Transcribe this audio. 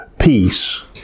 peace